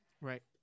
Right